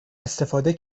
استفاده